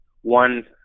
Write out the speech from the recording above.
one